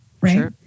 right